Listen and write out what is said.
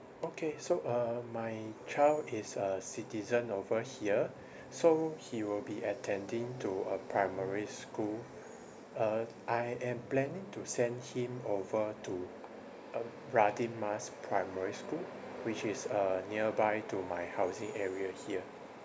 okay so uh my child is a citizen over here so he will be attending to a primary school uh I am planning to send him over to um radin mas primary school which is uh nearby to my housing area here